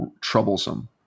troublesome